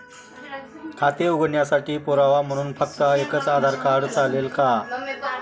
खाते उघडण्यासाठी पुरावा म्हणून फक्त एकच आधार कार्ड चालेल का?